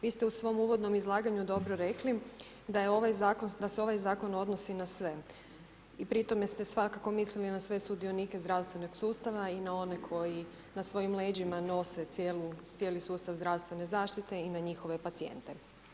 Vi ste u svom uvodnom izlaganju dobro rekli, da se ovaj zakon odnosi na sve, pri tome ste svakako mislili na sve sudionike zdravstvenog sustava i na one koji na svojim leđima nose cijeli sustav zdravstvene zaštite i na njihove pacijente.